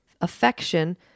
affection